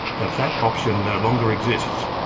that that option no longer exists,